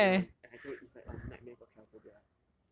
it's really like that [one] and I tell you it's like a nightmare for trypophobia eh